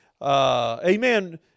amen